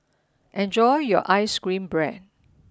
enjoy your Ice Cream Bread